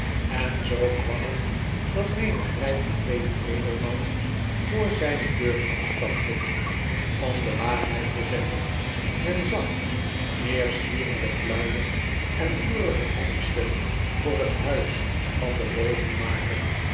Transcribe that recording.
en zoo kwam het dat menig rgk gekleed edelman voor zpe deur afstapte om de waarheid te zeggen men zag meer zwierende pluimen en vurige hengsten voor het huis van den bogenmaker